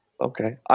Okay